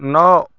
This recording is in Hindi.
नौ